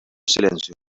silencio